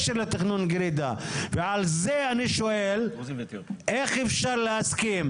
על זה אני שואל, כיצד ניתן להסכים,